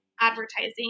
advertising